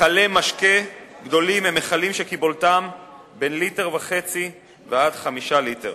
מכלי משקה גדולים הם מכלים שקיבולתם בין 1.5 ליטר ועד 5 ליטר.